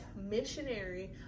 missionary